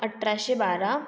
अठराशे बारा